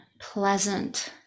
pleasant